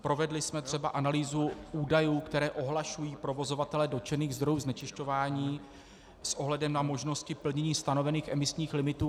Provedli jsme třeba analýzu údajů, které ohlašují provozovatelé dotčených zdrojů znečišťování, s ohledem na možnosti plnění stanovených emisních limitů.